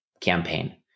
campaign